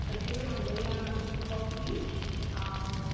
हजुर हाम्रो यहाँ ब्ल्याक कफी